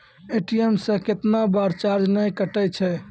ATM से कैतना बार चार्ज नैय कटै छै?